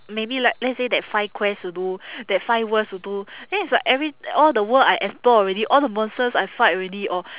maybe like let's say that five quests to do that five worlds to do then it's like every all the world I explore already all the monsters I fight already or